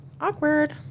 awkward